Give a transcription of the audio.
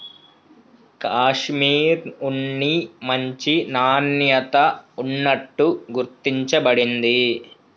కాషిమిర్ ఉన్ని మంచి నాణ్యత ఉన్నట్టు గుర్తించ బడింది